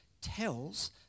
tells